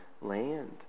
land